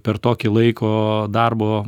per tokį laiko darbo